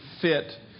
Fit